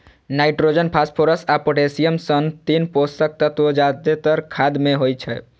nitrogen, phosphorus आ potassium सन तीन पोषक तत्व जादेतर खाद मे होइ छै